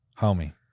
Homie